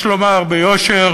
יש לומר ביושר,